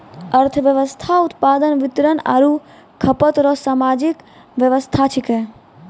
अर्थव्यवस्था उत्पादन वितरण आरु खपत रो सामाजिक वेवस्था छिकै